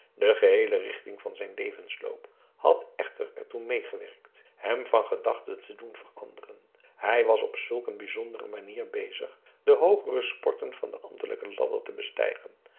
de geheele richting van zijn levensloop had echter ertoe meegewerkt hem van gedachten te doen veranderen hij was op zulk een bijzondere manier bezig de hoogere sporten van de ambtelijke ladder te bestijgen